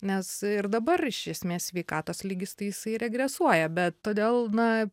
nes ir dabar iš esmės sveikatos lygis tai jisai regresuoja bet todėl na